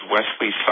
Wesley